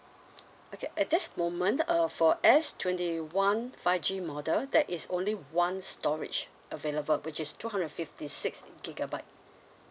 okay at this moment uh for S twenty one five G model there is only one storage available which is two hundred and fifty six gigabyte